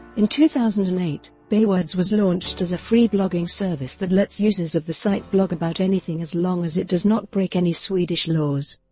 in two thousand and eight, baywords was launched as a free blogging service that lets users of the site blog about anything as long as it does not break any swedish laws.